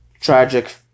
Tragic